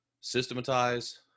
systematize